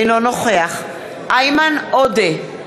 אינו נוכח איימן עודה,